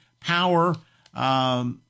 power